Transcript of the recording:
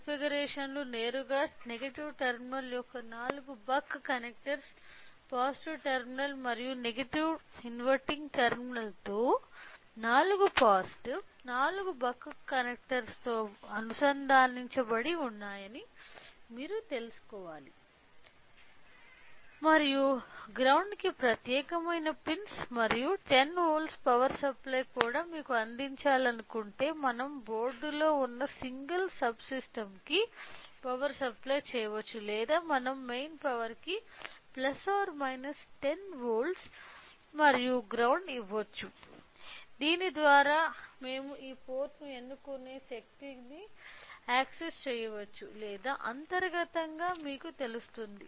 configurations లు నేరుగా negative terminal యొక్క 4 బక్ కనెక్టర్లు పాజిటివ్ టెర్మినల్ మరియు నాన్ ఇన్వర్టింగ్ టెర్మినల్తో 4 పాజిటివ్ 4 బక్ కనెక్టర్లతో అనుసంధానించబడి ఉన్నాయని మీరు తెలుసుకోవాలి మరియు గ్రౌండ్ కి ప్రత్యేకమైన పిన్స్ మరియు 10 వోల్ట్ల పవర్ సప్లై కూడా మీకు అందించాలనుకుంటే మనం బోర్డు లో వున్నసింగల్ సబ్ సిస్టం కి పవర్ సప్లై చెయ్యవచ్చు లేదా మనం మెయిన్ పవర్ కి 10 V మరియు గ్రౌండ్ ఇవొచ్చు దీని ద్వారా మేము ఈ పోర్టును ఎన్నుకునే శక్తిని యాక్సెస్ చేయవచ్చు లేదా అంతర్గతంగా మీకు తెలుస్తుంది